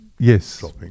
Yes